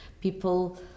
People